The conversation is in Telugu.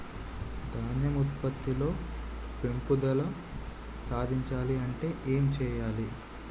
ధాన్యం ఉత్పత్తి లో పెంపుదల సాధించాలి అంటే ఏం చెయ్యాలి?